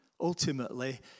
ultimately